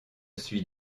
suis